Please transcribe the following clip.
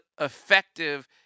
effective